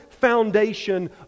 foundation